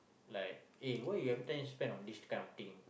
like eh why you every time spend on this kind of thing